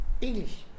English